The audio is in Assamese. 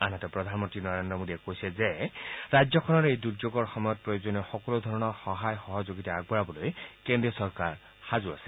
ইফালে প্ৰধানমন্ত্ৰী নৰেন্দ্ৰ মোডীয়ে কৈছে যে ৰাজ্যখনৰ এই দুৰ্যোগৰ সময়ত প্ৰয়োজনীয় সকলো প্ৰকাৰৰ সহায় সহযোগ আগবঢ়াবলৈ কেন্দ্ৰীয় চৰকাৰ সাজু আছে